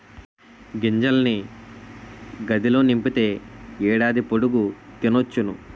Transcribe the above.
గింజల్ని గాదిలో నింపితే ఏడాది పొడుగు తినొచ్చును